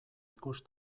ikus